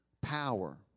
power